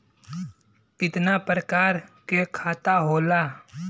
कितना प्रकार के खाता होला?